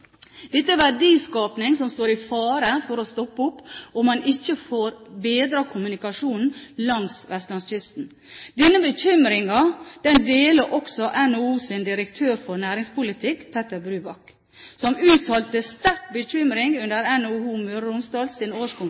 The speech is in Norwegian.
Dette er verdiskaping som står i fare for å stoppe opp om en ikke får bedret kommunikasjonen langs vestlandskysten. Denne bekymringen deler også NHOs direktør for næringspolitikk, Petter H. Brubakk, som uttrykte sterk bekymring under NHO Møre og